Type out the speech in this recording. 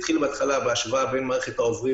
זה התחיל בהשוואה בין מערכת העוברים